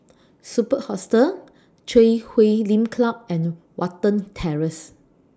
Superb Hostel Chui Huay Lim Club and Watten Terrace